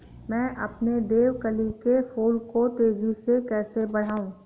मैं अपने देवकली के फूल को तेजी से कैसे बढाऊं?